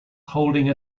holding